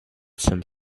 some